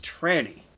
tranny